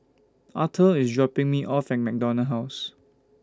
Arthur IS dropping Me off At MacDonald House